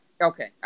Okay